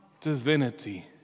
divinity